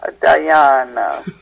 Diana